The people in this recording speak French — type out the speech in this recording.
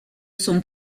son